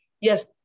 yes